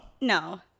No